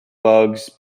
bugs